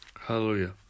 Hallelujah